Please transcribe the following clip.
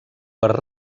per